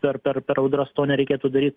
dar per per audras to nereikėtų daryt